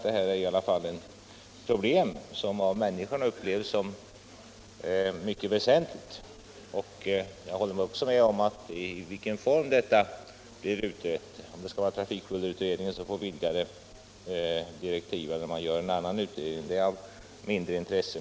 Detta är ett problem som av människorna upplevs såsom mycket väsentligt. Jag håller också med om att det är av mindre intresse om trafikbullerutredningen skall få vidgade direktiv eller om en annan utredning görs.